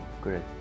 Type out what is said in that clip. great